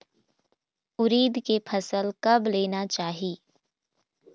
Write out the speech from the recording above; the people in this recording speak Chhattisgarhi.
उरीद के फसल कब लेना चाही?